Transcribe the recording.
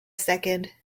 second